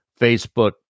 Facebook